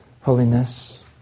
holiness